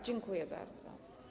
Dziękuję bardzo.